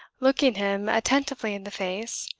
looking him attentively in the face,